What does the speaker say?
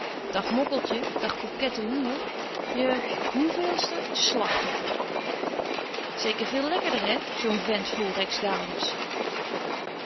dag mokkeltje dag kokette hoer je hoeveelste slachtoffer zeker veel lekkerder hè zoo'n vent vol rijksdaalders